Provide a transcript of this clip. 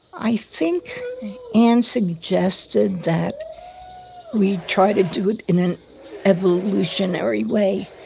i think ann suggested that we try to do it in an evolutionary way.